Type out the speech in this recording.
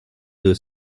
deux